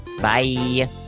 Bye